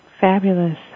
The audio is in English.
Fabulous